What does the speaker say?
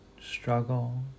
struggle